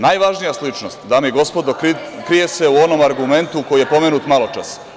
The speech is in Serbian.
Najvažnija sličnost, dame i gospodo, krije se u onom argumentu koji je pomenut maločas.